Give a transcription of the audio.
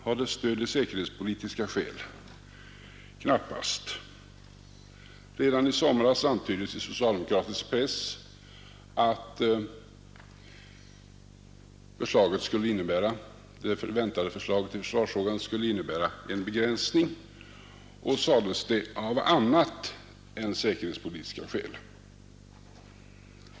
Har det stöd i säkerhetspolitiska skäl? Knappast. Redan i somras antyddes i socialdemokratisk press att det väntade förslaget i försvarsfrågan skulle innebära en begränsning, som det sades, av annat än säkerhetspolitiska skäl.